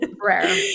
Rare